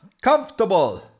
comfortable